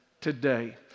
today